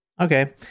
Okay